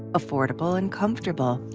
affordable and comfortable.